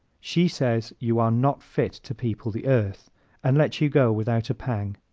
she says you are not fit to people the earth and lets you go without a pang.